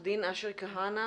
עו"ד אשר כהנא